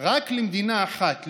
רק למדינה אחת,